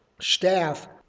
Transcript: staff